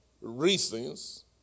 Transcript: reasons